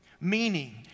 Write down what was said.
Meaning